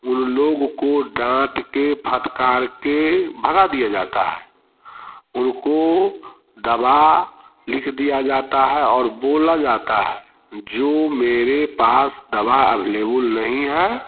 उन लोगों को डांट के फटकार के भगा दिया जाता है उनको दवा लिख दिया जाता है और बोला जाता है जो मेरे पास दवा अव्लेबुल नहीं है